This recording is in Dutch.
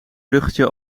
bruggetje